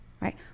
right